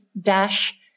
dash